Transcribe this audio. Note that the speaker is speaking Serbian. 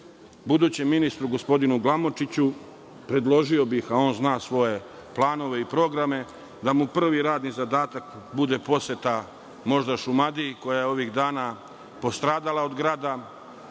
Budućem ministru, gospodinu Glamočiću, predložio bih, a on zna svoje planove i programe, da mu prvi radni zadatak bude poseta možda Šumadiji, koja je ovih dana postradala od grada,